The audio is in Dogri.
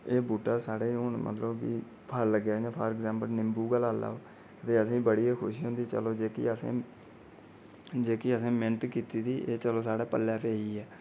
एह् बूहटा साढ़े हून मतलब फल लग्गे दे न फार इग्जैम्पल निंबू गै लाई लैओ ते असें ई बड़ी गै खुशी होंदी ऐ कि चलो जे कोई असें जेह्की असें मैह्नत कीती दी ऐ चलो साढ़े पल्ले पेई गेई ऐ